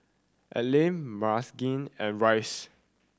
Aline Marquez and Rice